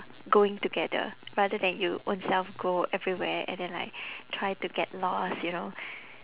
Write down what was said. going together rather than you own self go everywhere and then like try to get lost you know